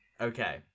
Okay